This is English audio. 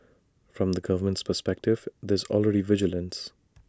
from the government's perspective there's already vigilance